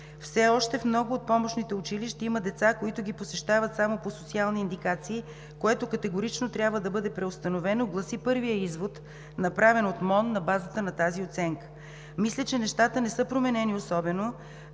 Все още в много от помощните училища има деца, които ги посещават само по социални индикации, което категорично трябва да бъде преустановено, гласи първият извод, направен от Министерството на образованието и науката на базата на тази оценка. Мисля, че нещата не са променени особено